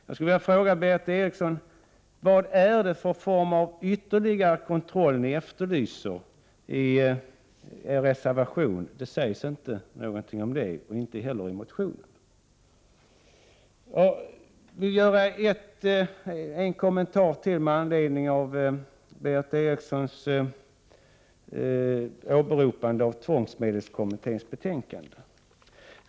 Jag skulle vilja fråga Berith Eriksson: Vad är det för form av ytterligare kontroll ni efterlyser i er reservation? Det sägs ingenting om det där och inte heller i motionen. Jag vill göra en kommentar till Berith Erikssons åberopande av tvångsmedelskommitténs betänkande.